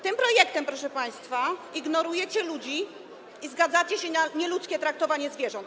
Tym projektem, proszę państwa, ignorujecie ludzi i zgadzacie się na nieludzkie traktowanie zwierząt.